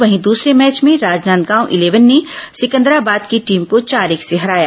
वहीं द्सरे मैच में राजनांदगांव इलेवन ने सिकंदराबाद की टीम को चार एक से हराया